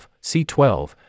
C-12